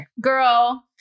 girl